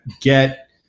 get